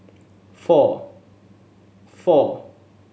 four four